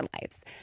lives